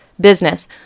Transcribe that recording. business